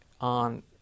on